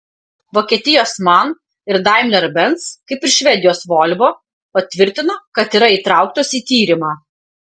vokietijos man ir daimler benz kaip ir švedijos volvo patvirtino kad yra įtrauktos į tyrimą